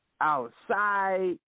outside